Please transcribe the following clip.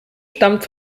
stammt